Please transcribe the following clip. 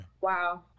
Wow